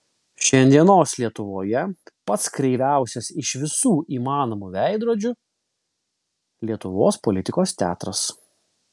šiandienos lietuvoje pats kreiviausias iš visų įmanomų veidrodžių lietuvos politikos teatras